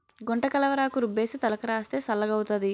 గుంటకలవరాకు రుబ్బేసి తలకు రాస్తే చల్లగౌతాది